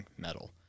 metal